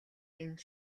энэ